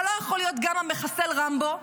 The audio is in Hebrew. אתה לא יכול להיות גם המחסל רמבו,